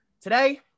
today